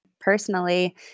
personally